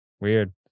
Weird